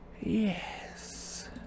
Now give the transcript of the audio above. Yes